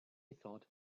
thought